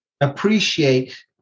appreciate